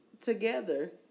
together